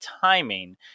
timing